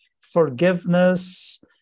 forgiveness